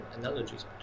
analogies